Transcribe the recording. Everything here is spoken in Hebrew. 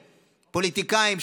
פוליטיקאים,